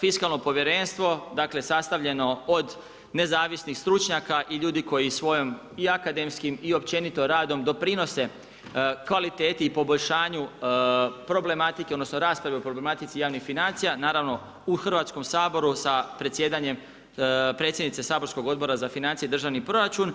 fiskalno povjerenstvo, dakle, sastavljeno od nezavisnih stručnjaka i ljudi koji svojom i akademskim i općenito radom, doprinose kvalitetu i poboljšanju, problematike, odnosno, rasprave o problematici javnih financija, naravno u Hrvatskom saboru sa predsjedanje predsjednice saborskog Odbora za financije i državni proračun.